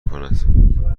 کند